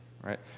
right